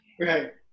Right